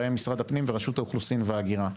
בהם משרד הפנים ורשות האוכלוסין וההגירה.